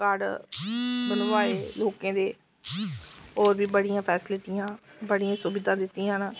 card बनवाए लोकें दे होर बी बड़ियां फैसीलिटियां बड़ियां सुविधां दित्तियां न